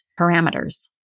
parameters